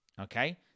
okay